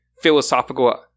philosophical